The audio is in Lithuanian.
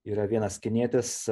yra vienas kinietis